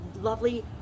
lovely